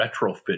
retrofit